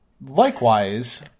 Likewise